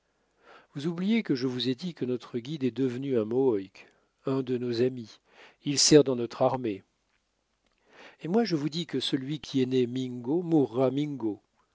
vous oubliez que je vous ai dit que notre guide est devenu un mohawk un de nos amis il sert dans notre armée et moi je vous dis que celui qui est né mingo